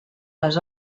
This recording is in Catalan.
les